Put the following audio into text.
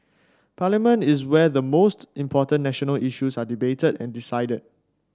parliament is where the most important national issues are debated and decided